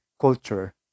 culture